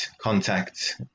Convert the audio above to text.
contact